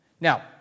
Now